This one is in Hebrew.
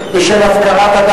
אכן,